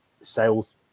sales